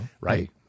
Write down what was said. Right